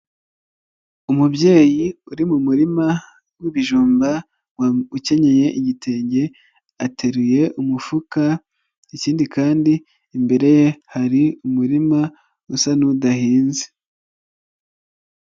Umubyeyi uri mu murima w'ibijumba ukenyeye igitenge ateruye umufuka, ikindi kandi imbere ye hari umurima usa n'udahinze.